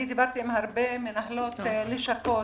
אני דיברתי עם הרבה מנהלות לשכות.